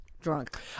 drunk